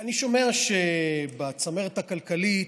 אני שומע שבצמרת הכלכלית,